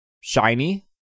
shiny